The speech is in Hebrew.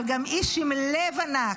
אבל גם איש עם לב ענק,